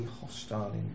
hostile